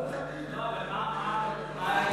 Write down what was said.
מותר לו להאמין, מה קרה?